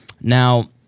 Now